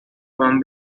van